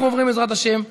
אנחנו עוברים, בעזרת השם,